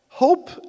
Hope